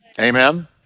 Amen